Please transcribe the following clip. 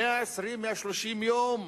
ב-120 130 יום.